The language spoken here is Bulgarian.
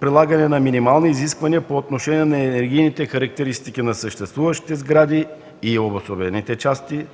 прилагане на минимални изисквания по отношение на енергийните характеристики на съществуващите сгради и обособените части